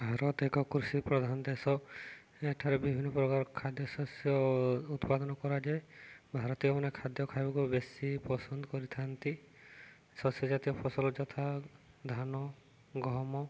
ଭାରତ ଏକ କୃଷି ପ୍ରଧାନ ଦେଶ ଏଠାରେ ବିଭିନ୍ନ ପ୍ରକାର ଖାଦ୍ୟ ଶସ୍ୟ ଉତ୍ପାଦନ କରାଯାଏ ଭାରତୀୟମାନେ ଖାଦ୍ୟ ଖାଇବାକୁ ବେଶୀ ପସନ୍ଦ କରିଥାନ୍ତି ଶସ୍ୟ ଜାତୀୟ ଫସଲ ଯଥା ଧାନ ଗହମ